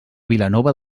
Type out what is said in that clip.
vilanova